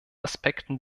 aspekten